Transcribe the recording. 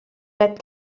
bad